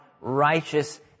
righteous